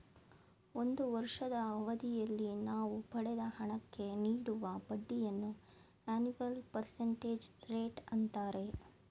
ಒಂದು ವರ್ಷದ ಅವಧಿಯಲ್ಲಿ ನಾವು ಪಡೆದ ಹಣಕ್ಕೆ ನೀಡುವ ಬಡ್ಡಿಯನ್ನು ಅನಿವಲ್ ಪರ್ಸೆಂಟೇಜ್ ರೇಟ್ ಅಂತಾರೆ